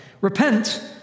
Repent